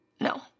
no